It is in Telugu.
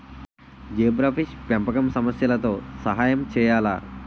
జీబ్రాఫిష్ పెంపకం సమస్యలతో సహాయం చేయాలా?